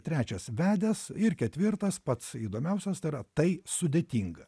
trečias vedęs ir ketvirtas pats įdomiausias tai yra tai sudėtinga